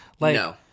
No